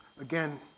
again